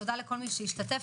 תודה לכל מי שהשתתף,